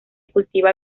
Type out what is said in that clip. cultiva